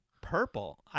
Purple